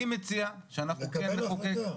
אני מציע כן נחוקק,